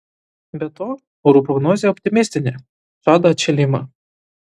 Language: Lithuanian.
be to orų prognozė optimistinė žada atšilimą